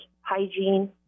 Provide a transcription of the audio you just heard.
hygiene